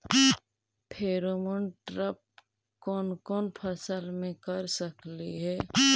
Pheromone trap कोन कोन फसल मे कर सकली हे?